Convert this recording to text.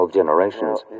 generations